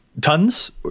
tons